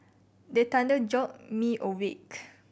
the thunder jolt me awake